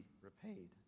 repaid